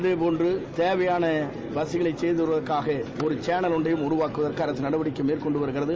அதேபோன்று தேவையான வசதிகளை செய்து தருவதற்கு ஒரு சேனல் ஒன்றையும் உருவாக்குவதற்கு அரசு நடவடிக்கை மேற்கொண்டு வருகிறது